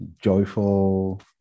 joyful